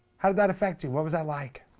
how did that affect you? what was i like?